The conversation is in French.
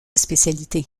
spécialité